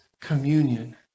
communion